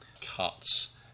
cuts